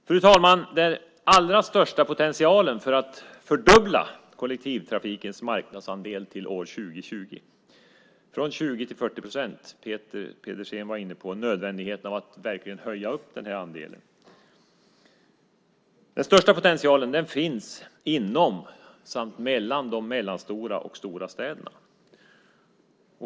Fru talman! Den allra största potentialen för att fördubbla kollektivtrafikens marknadsandel till år 2020, från 20 procent till 40 procent - Peter Pedersen var inne på nödvändigheten av att verkligen öka den här andelen - finns inom samt mellan de medelstora och stora städerna.